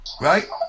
Right